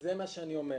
וזה מה שאני אומר,